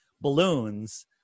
balloons